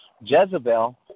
Jezebel